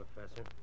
Professor